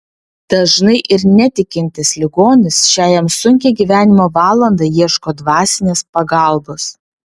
dažnai ir netikintis ligonis šią jam sunkią gyvenimo valandą ieško dvasinės pagalbos